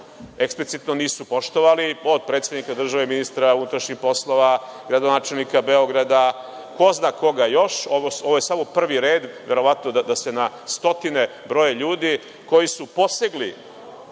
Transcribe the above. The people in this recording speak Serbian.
eksplicitno nisu poštovali, od predsednika države, ministra unutrašnjih poslova, gradonačelnika Beograda i ko zna koga još. Ovo je samo prvi red, verovatno da se na stotine broje ljudi koji su posegli